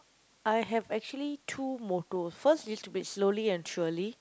I have actually two mottos first is to be slowly and surely